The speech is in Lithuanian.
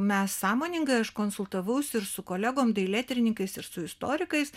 mes sąmoningai aš konsultavaus ir su kolegom dailėtyrininkais ir su istorikais